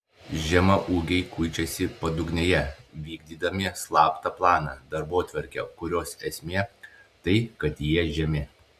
žemaūgiai kuičiasi padugnėje vykdydami slaptą planą darbotvarkę kurios esmė tai kad jie žemi